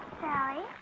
Sally